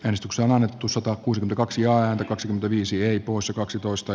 äänestyksen annettu satoa kuusi kaksi ääntä kaksikymmentäviisi yö plus kaksitoista